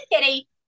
Kitty